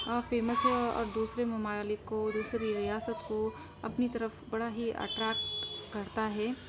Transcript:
famous ہے اور دوسرے ممالک کو دوسری ریاست کو اپنی طرف بڑا ہی اٹریکٹ کرتا ہے